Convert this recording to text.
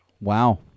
Wow